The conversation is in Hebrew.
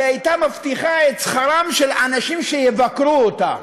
היא הייתה מבטיחה את שכרם של אנשים שיבקרו אותה,